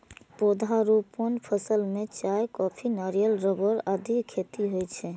पौधारोपण फसल मे चाय, कॉफी, नारियल, रबड़ आदिक खेती होइ छै